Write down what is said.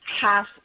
half